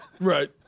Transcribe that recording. Right